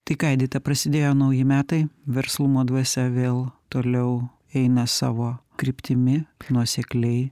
tai ką edita prasidėjo nauji metai verslumo dvasia vėl toliau eina savo kryptimi nuosekliai